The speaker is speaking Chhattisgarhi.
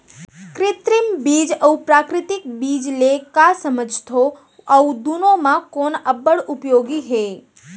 कृत्रिम बीज अऊ प्राकृतिक बीज ले का समझथो अऊ दुनो म कोन अब्बड़ उपयोगी हे?